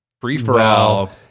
Free-for-all